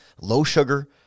low-sugar